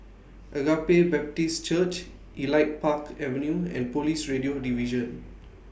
Agape Baptist Church Elite Park Avenue and Police Radio Division